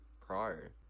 prior